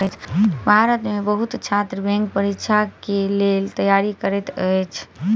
भारत में बहुत छात्र बैंक परीक्षा के लेल तैयारी करैत अछि